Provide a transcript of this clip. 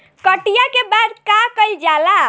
कटिया के बाद का कइल जाला?